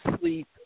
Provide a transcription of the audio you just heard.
sleep